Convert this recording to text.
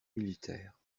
militaire